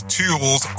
tools